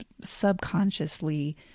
subconsciously